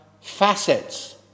facets